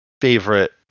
favorite